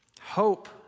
Hope